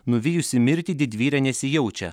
nuvijusi mirtį didvyre nesijaučia